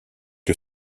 que